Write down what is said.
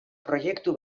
proiektu